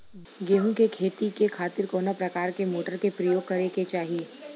गेहूँ के खेती के खातिर कवना प्रकार के मोटर के प्रयोग करे के चाही?